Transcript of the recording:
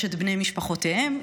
יש את בני משפחותיהם,